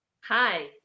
Hi